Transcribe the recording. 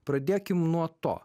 pradėkim nuo to